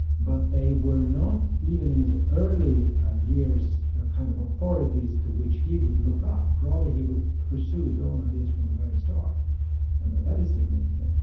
but they were not, even in his early ah years, the kind of authorities to which he would look up. rather he would pursue his own ideas from the very start and that that is significant.